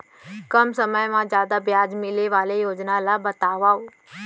कम समय मा जादा ब्याज मिले वाले योजना ला बतावव